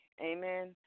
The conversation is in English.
Amen